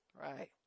Right